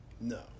No